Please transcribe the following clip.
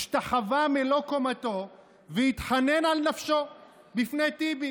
השתחווה מלוא קומתו והתחנן על נפשו בפני טיבי,